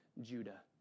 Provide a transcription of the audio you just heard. Judah